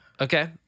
okay